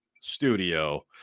studio